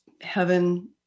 heaven